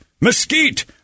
mesquite